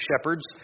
shepherds